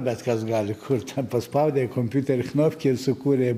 bet kas gali kurt paspaudei kompiuterio knopkę ir sukūrė